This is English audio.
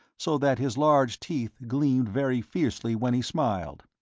so that his large teeth gleamed very fiercely when he smiled.